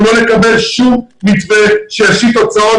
אנחנו לא נקבל שום מתווה שישית הוצאות